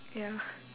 ya